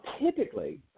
typically